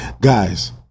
Guys